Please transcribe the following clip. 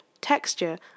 texture